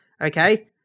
Okay